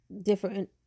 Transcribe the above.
different